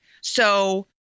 So-